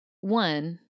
one